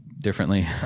differently